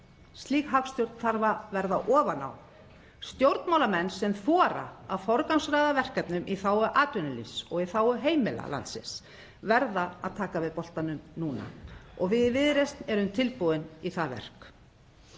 borgaralegra afla að verða ofan á. Stjórnmálamenn sem þora að forgangsraða verkefnum í þágu atvinnulífs og í þágu heimila landsins verða að taka við boltanum núna. Við í Viðreisn erum tilbúin í það verk.